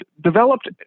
developed